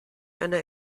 eine